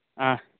ஆ